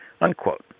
Unquote